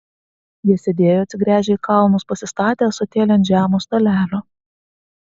jie sėdėjo atsigręžę į kalnus pasistatę ąsotėlį ant žemo stalelio